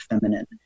feminine